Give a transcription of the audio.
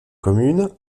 commune